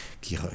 qui